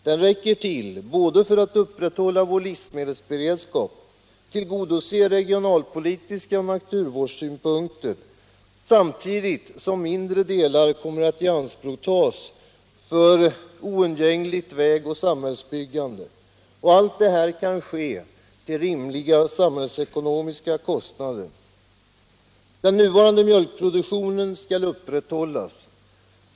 Den räcker till både för att upprätthålla vår livsmedelsberedskap och för att tillgodose regionalpolitiska synpunkter och natursynpunkter, sam tidigt som mindre delar kommer att ianspråktagas för oundgängligt vägoch samhällsbyggande. Allt det här kan ske till rimliga samhällsekonomiska resurser. Den nuvarande mjölkproduktionen skall upprätthållas.